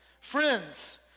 Friends